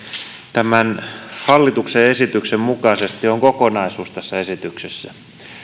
tämän hallituksen esityksen mukaisesti on kokonaisuus tässä esityksessä